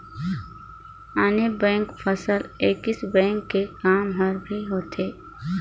आने बेंक फसल Axis bank के काम हर भी होथे